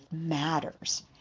matters